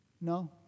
no